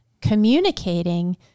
communicating